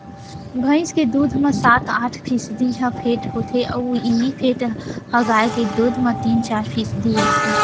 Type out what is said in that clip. भईंस के दूद म सात आठ फीसदी ह फेट होथे अउ इहीं फेट ह गाय के दूद म तीन चार फीसदी होथे